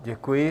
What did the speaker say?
Děkuji.